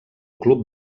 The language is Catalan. club